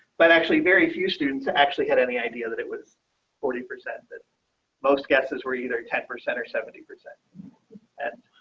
but actually, very few students actually had any idea that it was forty percent that most guesses were either ten percent or seventy percent and